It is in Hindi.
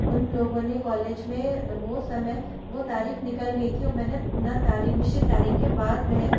उन लोगों ने कॉलेज में वो समय वो तारीख़ निकल गई थी औ मैंने ना तारीख़ निश्चित तारीख़ के बाद वह